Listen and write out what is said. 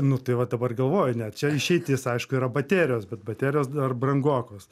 nu tai vat dabar galvoju ane čia išeitis aišku yra baterijos bet baterijos dar brangokos